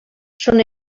són